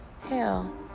Hell